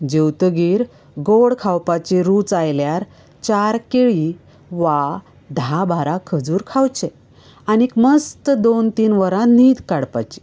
जेवतगीर गोड खावपाचें रूच आयल्यार चार केळीं वा धा बारा खजूर खावचे आनी मस्त दोन तीन वरां न्हिद काडपाची